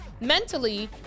mentally